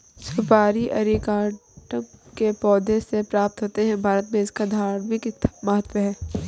सुपारी अरीकानट के पौधों से प्राप्त होते हैं भारत में इसका धार्मिक महत्व है